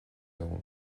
ann